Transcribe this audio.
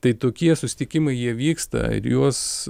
tai tokie susitikimai jie vyksta ir juos